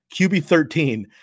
QB13